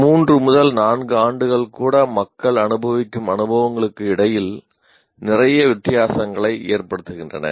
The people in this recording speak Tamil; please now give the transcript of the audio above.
3 4 ஆண்டுகள் கூட மக்கள் அனுபவிக்கும் அனுபவங்களுக்கு இடையில் நிறைய வித்தியாசங்களை ஏற்படுத்துகின்றன